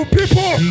people